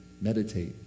meditate